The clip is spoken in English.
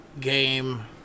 Game